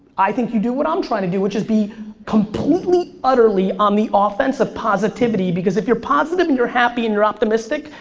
i think you do what i'm trying to do which is be completely, utterly on the offense of positivity because if you're positive, and you're happy, and you're optimistic,